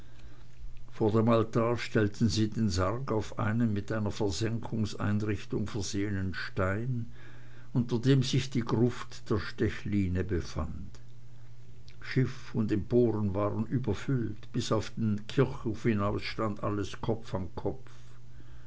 vor dem altar stellten sie den sarg auf einen mit einer versenkungsvorrichtung versehenen stein unter dem sich die gruft der stechline befand schiff und emporen waren überfüllt bis auf den kirchhof hinaus stand alles kopf an kopf